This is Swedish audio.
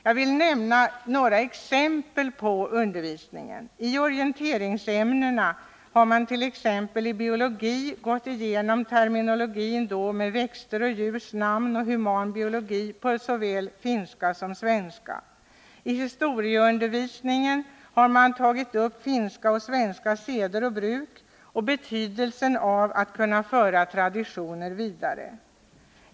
Jag vill nämna några exempel på undervisningen. Inom orienteringsämnena har mant.ex. i biologin gått igenom terminologin med växter och djurs namn på såväl finska som svenska. Detsamma gäller terminologin i human biologi. I historieundervisningen har man tagit upp finska och svenska seder och bruk samt betydelsen av att kunna föra traditionen vidare.